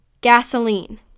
gasoline